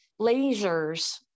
lasers